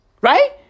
Right